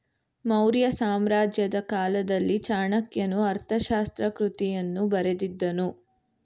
ಮೌರ್ಯ ಸಾಮ್ರಾಜ್ಯದ ಕಾಲದಲ್ಲಿ ಚಾಣಕ್ಯನು ಅರ್ಥಶಾಸ್ತ್ರ ಕೃತಿಯನ್ನು ಬರೆದಿದ್ದನು